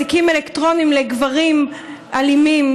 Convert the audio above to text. אזיקים אלקטרוניים לגברים אלימים,